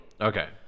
Okay